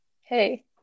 hey